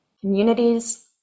communities